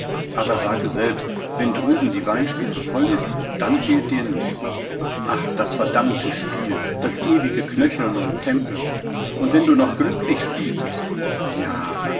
aber sage selbst wenn drüben die weinstube voll ist dann fehlt dir nichts ach das verdammte spiel das ewige knöcheln und tempeln und wenn du noch glücklich spieltest ja